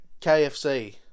KFC